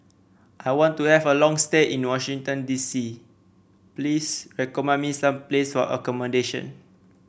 I want to have a long stay in Washington D C please recommend me some place for accommodation